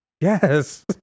yes